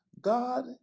God